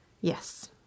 Yes